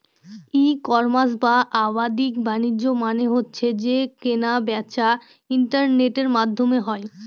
ই commerce বা বাদ্দিক বাণিজ্য মানে হচ্ছে যে কেনা বেচা ইন্টারনেটের মাধ্যমে হয়